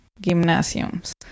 gymnasiums